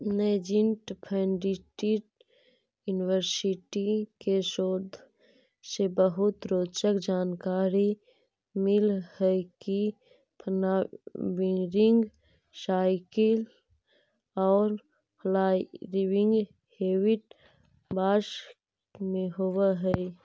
Nanjing forestry university के शोध से बहुत रोचक जानकारी मिल हई के फ्वावरिंग साइकिल औउर फ्लावरिंग हेबिट बास में होव हई